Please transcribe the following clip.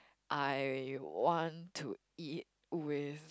I want to eat with